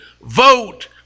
vote